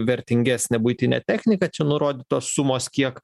vertingesnę buitinę techniką čia nurodytos sumos kiek